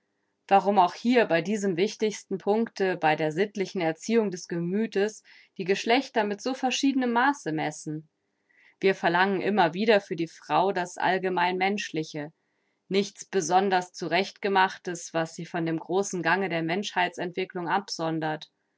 warum auch hier bei diesem wichtigsten puncte bei der sittlichen erziehung des gemüthes die geschlechter mit verschiednem maße messen wir verlangen immer wieder für die frau das allgemein menschliche nichts besonders zurechtgemachtes was sie von dem großen gange der menschheitsentwicklung absondert